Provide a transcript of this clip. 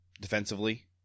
defensively